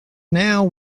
now